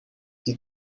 die